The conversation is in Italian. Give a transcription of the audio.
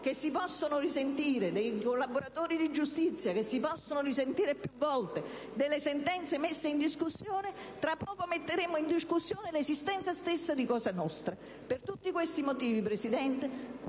che possono essere riascoltati, dei collaboratori di giustizia che si possono sentire più volte, delle sentenze messe in discussione, infatti, tra poco metteremo in discussione l'esistenza stessa di Cosa nostra. Per tutti questi motivi, signor Presidente,